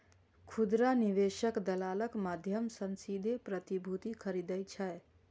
खुदरा निवेशक दलालक माध्यम सं सीधे प्रतिभूति खरीदै छै